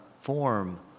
form